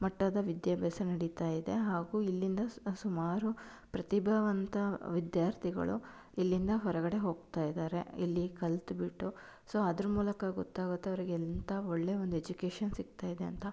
ಮಟ್ಟದ ವಿದ್ಯಾಭ್ಯಾಸ ನಡಿತಾ ಇದೆ ಹಾಗೂ ಇಲ್ಲಿಂದ ಸುಮಾರು ಪ್ರತಿಭಾವಂತ ವಿದ್ಯಾರ್ಥಿಗಳು ಇಲ್ಲಿಂದ ಹೊರಗಡೆ ಹೋಗ್ತಾ ಇದ್ದಾರೆ ಇಲ್ಲಿ ಕಲ್ತುಬಿಟ್ಟು ಸೊ ಅದ್ರ ಮೂಲಕ ಗೊತ್ತಾಗುತ್ತೆ ಅವ್ರಿಗೆ ಎಂಥ ಒಳ್ಳೆಯ ಒಂದು ಎಜುಕೇಷನ್ ಸಿಗ್ತಾ ಇದೆ ಅಂತ